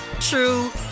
true